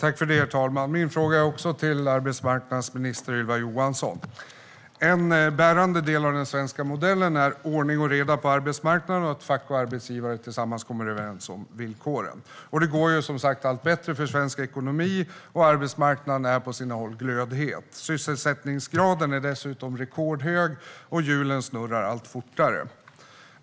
Herr talman! Jag har också en fråga till arbetsmarknadsminister Ylva Johansson. En bärande del av den svenska modellen är ordning och reda på arbetsmarknaden och att fack och arbetsgivare tillsammans kommer överens om villkoren. Det går som sagt allt bättre för svensk ekonomi, och arbetsmarknaden är på sina håll glödhet. Sysselsättningsgraden är dessutom rekordhög, och hjulen snurrar allt fortare.